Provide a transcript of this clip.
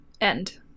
end